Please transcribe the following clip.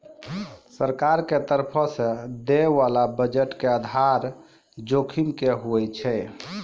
सरकार के तरफो से दै बाला बजट के आधार जोखिम कि होय छै?